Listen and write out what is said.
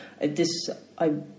this—I